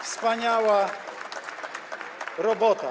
Wspaniała robota.